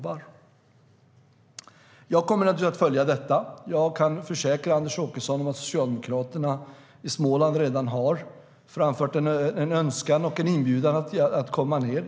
Jag kommer att följa den här frågan. Jag kan försäkra Anders Åkesson om att socialdemokraterna i Småland redan har framfört en inbjudan och en önskan om att jag ska komma dit.